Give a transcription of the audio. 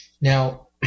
Now